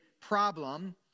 problem